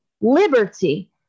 liberty